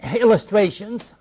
illustrations